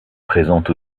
présente